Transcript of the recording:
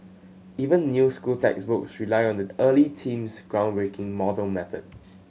even new school textbooks rely on that early team's groundbreaking model method